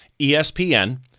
ESPN